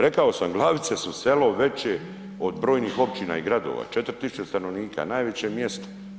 Rekao sam, Glavice su selo veće od brojnih općina i gradova, 4 tisuće stanovnika, najveće mjesto.